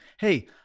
hey